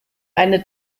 eine